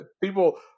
people